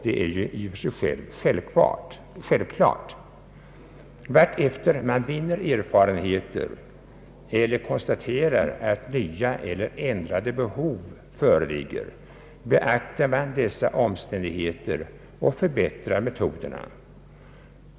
Det är självklart att vartefter man vinner erfarenheter eller konstaterar att nya eller ändrade behov föreligger beaktar man dessa omständigheter och förbättrar metoderna.